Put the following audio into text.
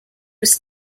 was